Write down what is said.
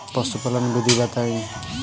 पशुपालन विधि बताई?